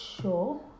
sure